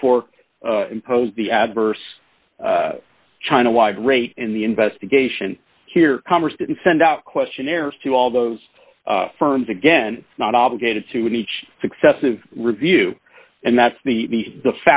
therefore imposed the adverse china wide rate in the investigation here congress didn't send out questionnaires to all those firms again not obligated to each successive review and that's the the